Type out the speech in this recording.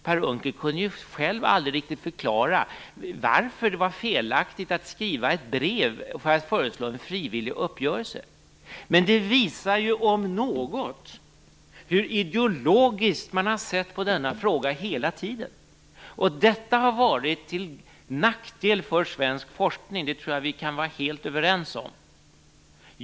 Per Unckel kunde ju själv aldrig riktigt förklara varför det var felaktigt att skriva ett brev för att föreslå en frivillig uppgörelse. Det om något visar hur ideologiskt man har sett på denna fråga hela tiden. Detta har varit till nackdel för svensk forskning. Det tror jag att vi kan vara helt överens om.